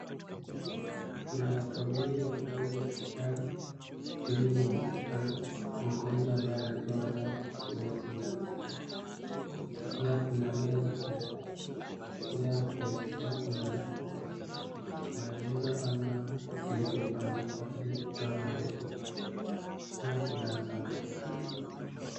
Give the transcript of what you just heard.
Kuna watu wawili wako ndani ni daktari wa pili ni mgonjwa ambaye anapewa dawa kutumia sindano. Pia kuna meza kando yao. Pia kwenye ukuta kuna maelezo ama kilicho andikwa ili kutoa maelezo. Pia kuna sanduku la dawa.